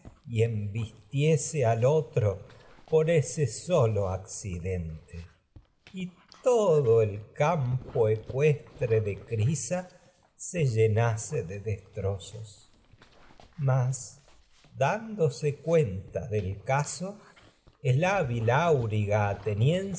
y y embistiese otro por solo dente todo el campo ecuestre de crisa caso se llenase de destrozos ateniense confuso mas dándose cuenta del tira el hábil auriga